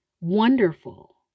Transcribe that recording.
wonderful